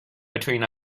between